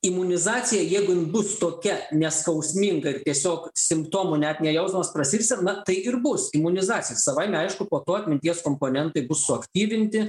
imunizacija jeigu ji bus tokia neskausminga ir tiesiog simptomų net nejausdamas prasirgsi na tai ir bus imunizacija savaime aišku po to atminties komponentai bus suaktyvinti